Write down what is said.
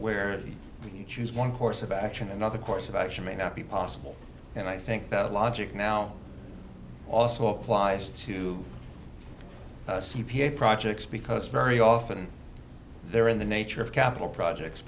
where you choose one course of action another course of action may not be possible and i think that logic now also applies to c p a projects because very often they're in the nature of capital projects